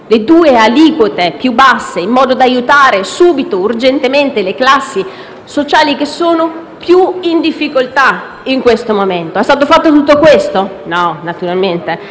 le due aliquote più basse in modo da aiutare subito, urgentemente, le classi sociali più in difficoltà in questo momento. È stato fatto tutto questo? No, naturalmente;